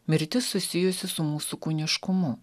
mirtis susijusi su mūsų kūniškumu